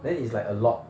then it's like a lot